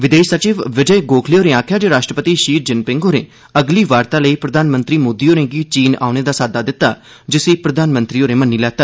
विदेश सचिव विजय गोखले होरें आक्खेआ जे राष्ट्रपति शी जिनपिंग होरें अगली वार्ता लेई प्रधानमंत्री मोदी होरें गी चीन औने दा साददा दित्ता जिसी प्रधानमंत्री होरें मन्नी लैता